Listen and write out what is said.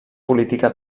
política